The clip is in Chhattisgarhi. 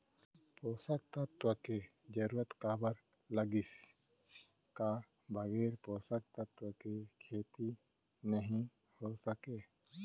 पोसक तत्व के जरूरत काबर लगिस, का बगैर पोसक तत्व के खेती नही हो सके?